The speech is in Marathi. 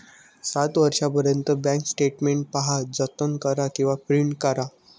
सात वर्षांपर्यंत बँक स्टेटमेंट पहा, जतन करा किंवा प्रिंट करा